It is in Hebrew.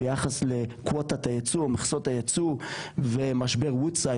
ביחס למכסות הייצוא ומשבר וודסייד,